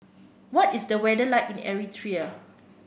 what is the weather like in Eritrea